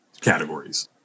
categories